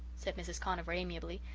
said mrs. conover amiably.